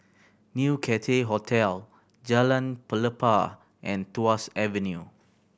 New Cathay Hotel Jalan Pelepah and Tuas Avenue